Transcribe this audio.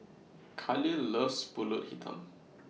Kahlil loves Pulut Hitam